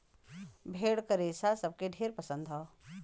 भेड़ क रेसा सबके ढेर पसंद हौ